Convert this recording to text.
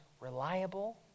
reliable